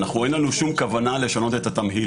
אנחנו אין לנו שום כוונה לשנות את התמהיל.